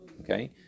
okay